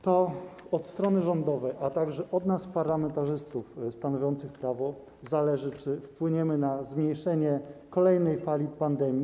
To od strony rządowej, a także od nas, parlamentarzystów stanowiących prawo zależy, czy wpłyniemy na zmniejszenie kolejnej fali pandemii.